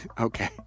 Okay